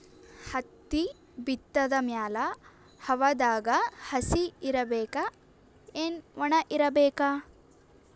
ಹತ್ತಿ ಬಿತ್ತದ ಮ್ಯಾಲ ಹವಾದಾಗ ಹಸಿ ಇರಬೇಕಾ, ಏನ್ ಒಣಇರಬೇಕ?